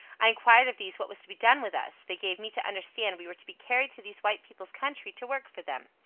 i inquired of these what was to be done with us they gave me to understand we were to be carried to these white people's country to work for them.